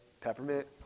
peppermint